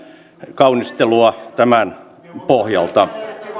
kaunistelua tämän pohjalta